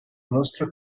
nostra